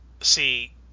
see